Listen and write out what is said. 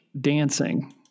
dancing